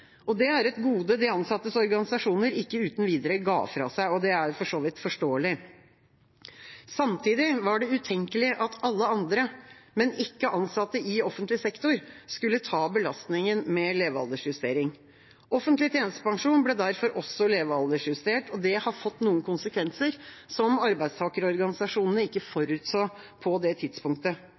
lønn. Det er et gode de ansattes organisasjoner ikke uten videre ga fra seg, og det er for så vidt forståelig. Samtidig var det utenkelig at alle andre, men ikke ansatte i offentlig sektor, skulle ta belastningen med levealdersjustering. Offentlig tjenestepensjon ble derfor også levealdersjustert. Det har fått noen konsekvenser som arbeidstakerorganisasjonene ikke forutså på det tidspunktet.